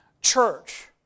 church